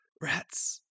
rats